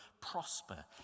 prosper